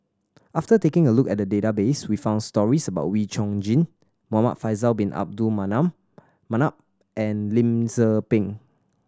after taking a look at the database we found stories about Wee Chong Jin Muhamad Faisal Bin Abdul Manap and Lim Tze Peng